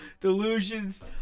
delusions